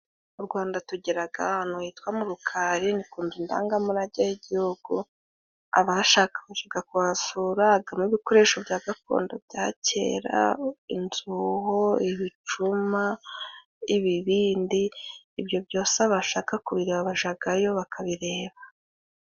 Mu Rwanda tugiraga ahantu hitwa mu Rukari. Ni kunzu ndangamurage y'igihugu. Abashaka gushaka kuhasura gamo ibikoresho bya gakondo byakera: inzuho, ibicuma, ibibindi, ibyo byose abashaka kubireba bajagayo bakabireba.